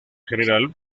general